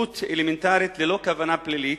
זכות אלמנטרית ללא כוונה פלילית,